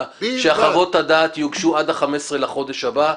שחוות הדעת יוגשו עד ה-15 לחודש הבא.